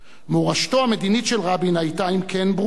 מורשתו המדינית של רבין היתה, אם כן, ברורה: